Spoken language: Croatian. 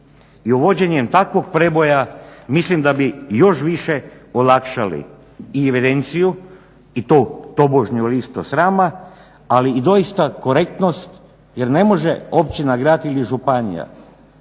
I uvođenjem takvog preboja mislim da bi još više olakšali i evidenciju i tu tobožnju listu srama ali i doista korektnost jer ne može općina, grad ili županija